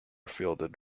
fielded